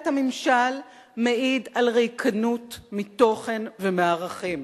הממשל מעיד על ריקנות מתוכן ומערכים.